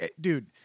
dude